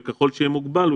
וככל שיהיה מוגבל,